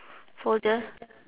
folder